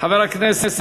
חבר הכנסת